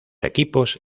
equipos